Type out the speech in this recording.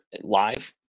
live